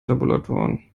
tabulatoren